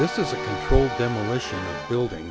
this is a demolition building